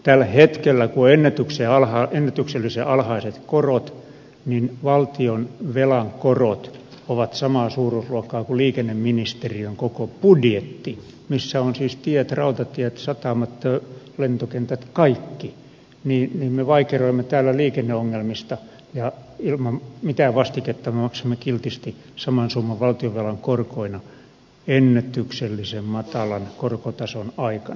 tällä hetkellä kun on ennätyksellisen alhaiset korot valtionvelan korot ovat samaa suuruusluokkaa kuin liikenneministeriön koko budjetti missä on siis tiet rautatiet satamat lentokentät kaikki niin me vaikeroimme täällä liikenneongelmista ja ilman mitään vastinetta me maksamme kiltisti saman summan valtionvelan korkoina ennätyksellisen matalan korkotason aikana